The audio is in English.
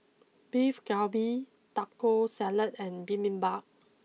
Beef Galbi Taco Salad and Bibimbap